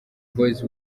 boys